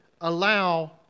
allow